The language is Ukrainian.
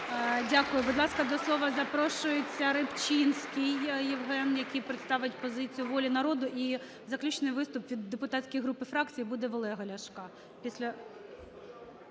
Дякую. Будь ласка, до слова запрошується Рибчинський Євген, який представить позицію "Волі народу". І заключний виступ від депутатських груп і фракцій буде в Олега Ляшка